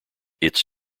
its